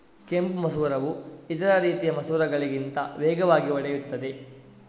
ಕೆಂಪು ಮಸೂರವು ಇತರ ರೀತಿಯ ಮಸೂರಗಳಿಗಿಂತ ವೇಗವಾಗಿ ಒಡೆಯುತ್ತದೆ